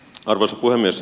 arvoisa puhemies